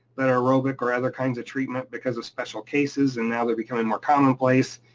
that are aerobic or other kinds of treatment because of special cases, and now they're becoming more commonplace,